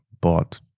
bought